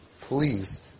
please